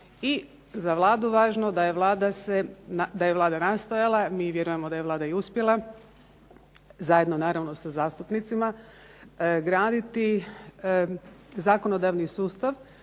i za Vladu važno da je Vlada nastojala, mi vjerujemo da je Vlada i uspjela zajedno naravno sa zastupnicima graditi zakonodavni sustav,